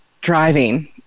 driving